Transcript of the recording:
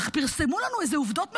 פרסמו לנו איזה עובדות מרוככות,